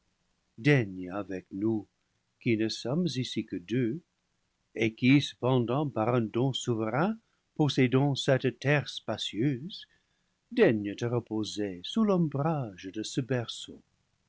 avec nous qui ne sommes ici que deux et qui cependant par un don souverain possédons cette terre spacieuse daigne te reposer sous l'ombrage de ce berceau